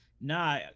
Nah